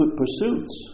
pursuits